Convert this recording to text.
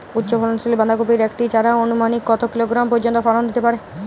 উচ্চ ফলনশীল বাঁধাকপির একটি চারা আনুমানিক কত কিলোগ্রাম পর্যন্ত ফলন দিতে পারে?